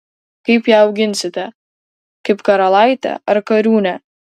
kaip ją auginsite kaip karalaitę ar kariūnę